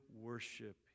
worship